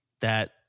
that-